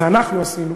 אנחנו עשינו.